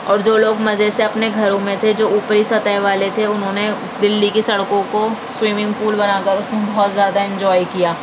اور جو لوگ مزے سے اپنے گھروں میں تھے جو اوپری سطح والے تھے انھوں نے دلی کی سڑکوں کو سوئیمنگ پول بنا کر اس میں بہت زیادہ انجوائے کیا